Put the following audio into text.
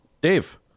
Dave